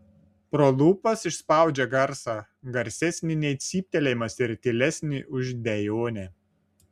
pro lūpas išspaudžia garsą garsesnį nei cyptelėjimas ir tylesnį už dejonę